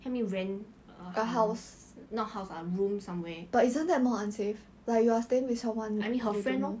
help me rent a house not house ah room somewhere I mean her friend lor